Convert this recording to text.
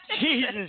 Jesus